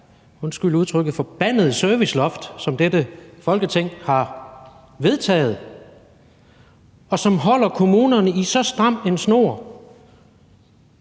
undskyld udtrykket – forbandede serviceloft, som dette Folketing har vedtaget, og som holder kommunerne i så stram en snor,